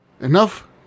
Enough